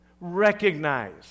recognize